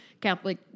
Catholic